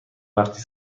وقتی